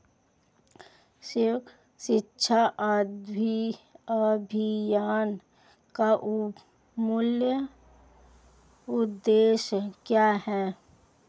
सर्व शिक्षा अभियान का मूल उद्देश्य क्या है?